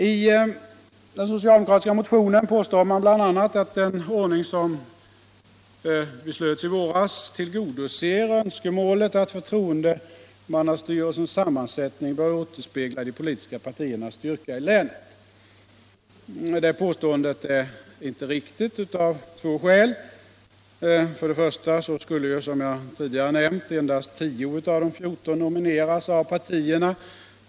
I den socialdemokratiska motionen påstår man bl.a. att den ordning som beslöts i våras tillgodoser önskemålet att förtroendemannastyrelsens sammansättning skall återspegla de politiska partiernas styrka i länet. Det påståendet är inte riktigt, av två skäl. För det första skulle, som jag tidigare nämnt, endast 10 av de 14 nomineras av partierna.